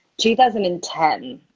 2010